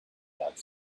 that